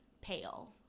pale